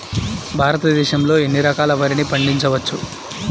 భారతదేశంలో ఎన్ని రకాల వరిని పండించవచ్చు